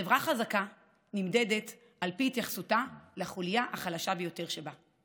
חברה חזקה נמדדת על פי התייחסותה לחוליה החלשה ביותר שבה.